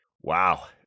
wow